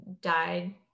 died